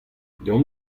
deomp